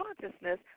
consciousness